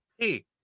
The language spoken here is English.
hey